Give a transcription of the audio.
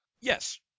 Yes